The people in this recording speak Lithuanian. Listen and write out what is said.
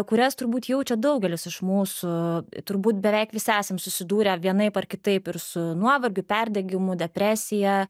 kurias turbūt jaučia daugelis iš mūsų turbūt beveik visi esam susidūrę vienaip ar kitaip ir su nuovargiu perdegimu depresija